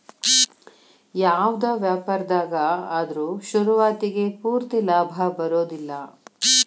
ಯಾವ್ದ ವ್ಯಾಪಾರ್ದಾಗ ಆದ್ರು ಶುರುವಾತಿಗೆ ಪೂರ್ತಿ ಲಾಭಾ ಬರೊದಿಲ್ಲಾ